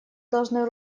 должны